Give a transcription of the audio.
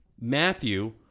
Matthew